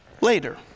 later